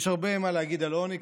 יש הרבה מה להגיד על עוני,